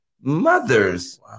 mothers